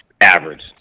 Average